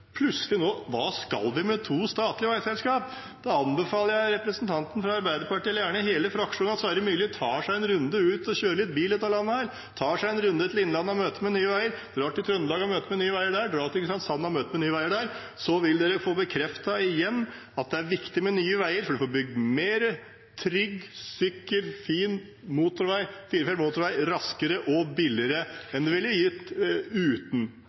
anbefaler jeg representanten fra Arbeiderpartiet, eller gjerne hele fraksjonen, at Sverre Myrli tar seg en runde ut og kjører litt bil i dette landet, tar seg en runde til Innlandet og har møte med Nye Veier, drar til Trøndelag og har møte med Nye Veier der, drar til Kristiansand og har møte med Nye Veier der, så vil de få bekreftet igjen at det er viktig med Nye Veier. For man får bygd mer trygg, sikker, fin motorvei, firefelts motorvei, raskere og billigere enn det ville gått uten